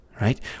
right